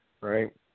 right